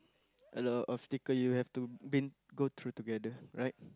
a lot of sticker you have to been go through together right